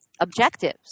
objectives